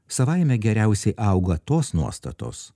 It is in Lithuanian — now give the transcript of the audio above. savaime geriausiai auga tos nuostatos